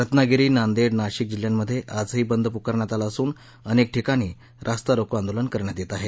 रत्नागिरी नांदेड नाशिक जिल्ह्यांमध्ये आजही बंद पुकारण्यात आला असून अनेक ठिकाणी रास्ता रोको आंदोलन करण्यात येत आहे